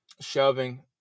shoving